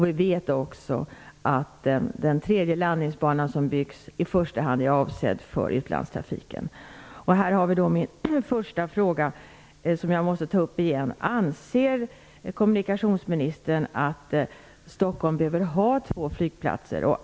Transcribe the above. Vi vet också att den tredje landningsbana som byggs är i första hand avsedd för utlandstrafiken. Jag måste här ta upp min första fråga igen. Anser kommunikationsministern att Stockholm behöver ha två flygplatser?